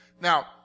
Now